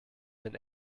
denn